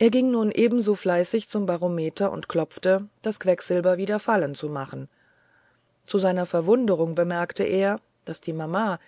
er ging nun ebenso fleißig zum barometer und klopfte das quecksilber wieder fallen zu machen zu seiner verwunderung bemerkte er daß die mama